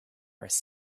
was